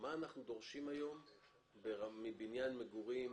מה אנחנו דורשים היום מבניין מגורים